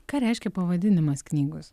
ką reiškia pavadinimas knygos